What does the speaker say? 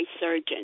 surgeon